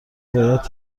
باید